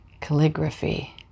calligraphy